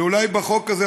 ואולי בחוק הזה,